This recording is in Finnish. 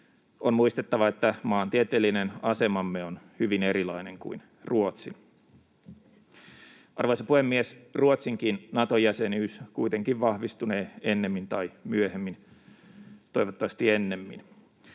On muistettava, että maantieteellinen asemamme on hyvin erilainen kuin Ruotsin. Arvoisa puhemies! Ruotsinkin Nato-jäsenyys kuitenkin vahvistunee ennemmin tai myöhemmin — toivottavasti ennemmin.